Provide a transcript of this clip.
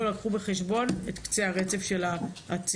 לקחו בחשבון את קצה הרצף של העצור/אסיר.